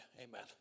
Amen